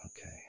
Okay